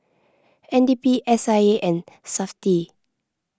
N D P S I A and SAFTI